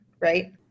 right